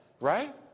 right